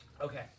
Okay